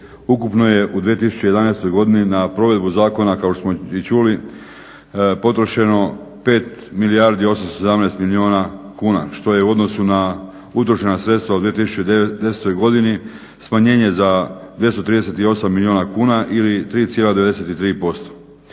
Ukupno je u 2011. godini na provedbu zakona kao što smo i čuli potrošeno 5 milijardi 817 milijuna kuna što je u odnosu na utrošena sredstva u 2010. godini smanjenje za 238 milijuna kuna ili 3,93%.